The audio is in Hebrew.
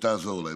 ותעזור להם.